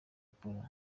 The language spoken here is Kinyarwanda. akora